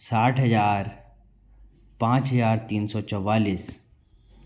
साठ हज़ार पाँच हज़ार तीन सौ चवालीस